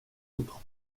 autre